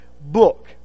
book